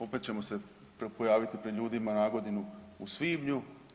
Opet ćemo se pojaviti pred ljudima na godinu u svibnju.